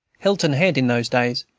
hilton head, in those days,